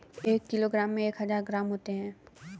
एक किलोग्राम में एक हजार ग्राम होते हैं